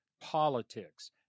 politics